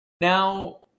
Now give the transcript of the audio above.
Now